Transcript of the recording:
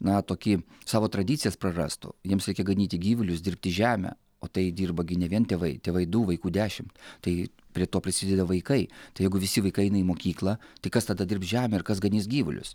na tokį savo tradicijas prarastų jiems reikia ganyti gyvulius dirbti žemę o tai dirba gi ne vien tėvai tėvai du vaikų dešimt tai prie to prisideda vaikai tai jeigu visi vaikai eina į mokyklą tai kas tada dirbs žemę ir kas ganys gyvulius